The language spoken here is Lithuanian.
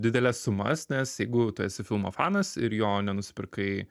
dideles sumas nes jeigu tu esi filmo fanas ir jo nenusipirkai